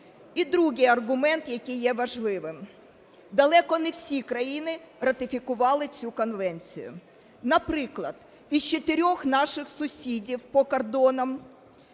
І другий аргумент, який є важливим. Далеко не всі країни ратифікували цю конвенцію. Наприклад, із чотирьох наших сусідів по кордонах